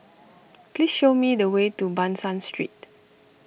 please show me the way to Ban San Street